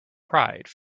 pride